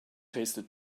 tastes